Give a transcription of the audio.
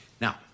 Now